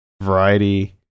Variety